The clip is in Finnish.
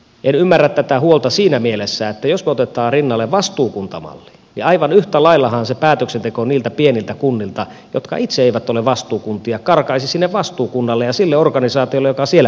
en ymmärrä tätä huolta siinä mielessä että jos me otamme rinnalle vastuukuntamallin niin aivan yhtä laillahan se päätöksenteko niiltä pieniltä kunnilta jotka itse eivät ole vastuukuntia karkaisi sinne vastuukunnalle ja sille organisaatiolle joka siellä päättää näistä asioista